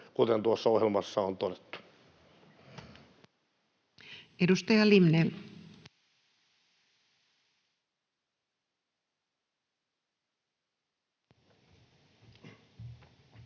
kuten tuossa ohjelmassa on todettu. Edustaja Limnell. Arvoisa